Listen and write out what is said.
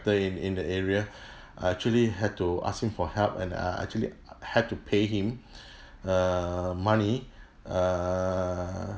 in in the area I actually had to ask him for help and uh actually had to pay him err money err